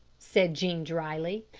said jean dryly.